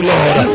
Lord